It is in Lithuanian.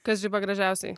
kas žiba gražiausiai